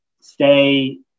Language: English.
stay